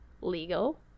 legal